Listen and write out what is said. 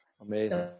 Amazing